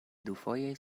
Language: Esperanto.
dufoje